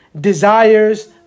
desires